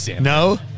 No